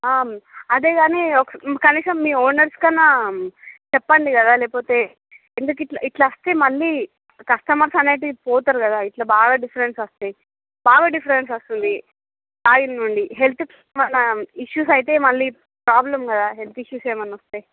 ఆమ్ అదే కాని ఒక కనిసం మీ ఓనర్స్కి అన్నా చెప్పండి కదా లేకపోతే ఎందుకు ఇట్ల ఇట్ల వస్తే మళ్ళీ కస్టమర్స్ అనేటివి పోతారు కదా ఇట్ల బాగా డిఫరెన్స్ వస్తే బాగా డిఫరెన్స్ వస్తుంది ఆయిల్ నుండి హెల్త్ మన ఇష్యూస్ అయితే మళ్ళీ ప్రాబ్లమ్ కదా హెల్త్ ఇష్యూస్ ఎమన్న వస్తే